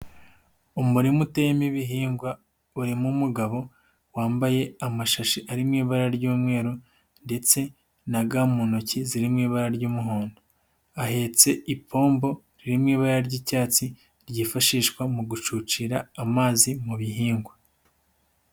Umurima uteme ibihingwa urimo umugabo wambaye amashashi ari mu ibara ry'umweru ndetse na ga mu ntoki ziri mu ibara ry'umuhondo, ahetse ipombo riri mu ibara ry'icyatsi ryifashishwa mu gucucira amazi mu bihingwa.